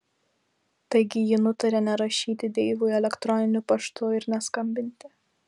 taigi ji nutarė nerašyti deivui elektroniniu paštu ir neskambinti